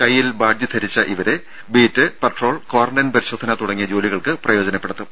കൈയ്യിൽ ബാഡ്ജ് ധരിച്ച ഇവരെ ബീറ്റ് പട്രോൾ ക്വാറന്റൈൻ പരിശോധന തുടങ്ങിയ ജോലികൾക്ക് പ്രയോജനപ്പെടുത്തും